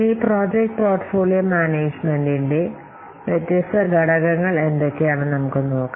ഇനി project portfolio മാനേജുമെന്റിന്റെ വ്യത്യസ്ത ഘടകങ്ങൾ എന്തൊക്കെയാണെന്ന് നമുക്ക് നോക്കാം